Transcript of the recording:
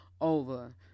over